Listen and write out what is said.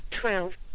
Twelve